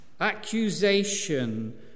Accusation